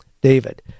David